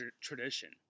tradition